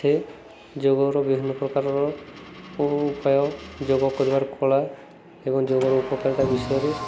ସେ ଯୋଗର ବିଭିନ୍ନ ପ୍ରକାରର ଉପାୟ ଯୋଗ କରିବାର କଳା ଏବଂ ଯୋଗର ଉପକାରିତା ବିଷୟରେ